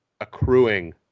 accruing